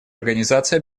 организации